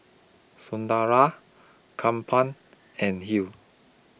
Sunderlal and Hill